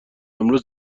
امروز